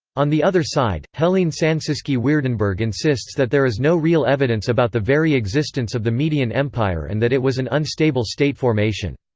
on the other side, heleen sancisi-weerdenburg insists that there is no real evidence about the very existence of the median empire and that it was an unstable state formation.